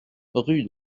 rue